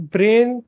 Brain